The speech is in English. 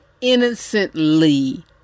Innocently